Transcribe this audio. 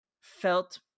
Felt